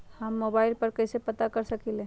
हम मोबाइल पर कईसे पता कर सकींले?